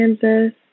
Kansas